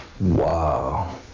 Wow